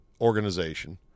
organization